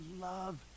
love